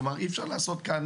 כלומר, אי-אפשר לעשות כאן